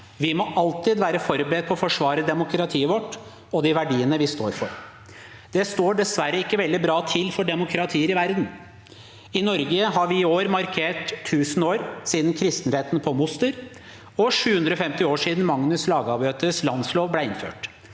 Vi må alltid være forberedt på å forsvare demokratiet vårt og de verdiene vi står for. Det står dessverre ikke veldig bra til for demokratier i verden. I Norge har vi i år markert at det er 1 000 år siden kristenretten på Moster og 750 år siden Magnus Lagabøtes landslov ble innført.